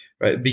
right